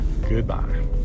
Goodbye